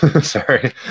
sorry